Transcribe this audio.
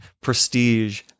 prestige